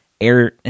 Air